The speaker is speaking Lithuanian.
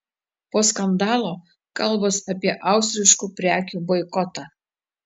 po skandalo kalbos apie austriškų prekių boikotą